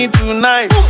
tonight